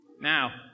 Now